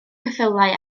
ceffylau